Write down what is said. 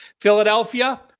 Philadelphia